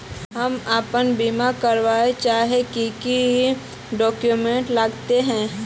हम अपन बीमा करावेल चाहिए की की डक्यूमेंट्स लगते है?